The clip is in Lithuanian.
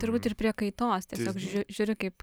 turbūt ir prie kaitos tiesiog žiū žiūri kaip